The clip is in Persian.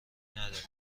ندارین